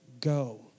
go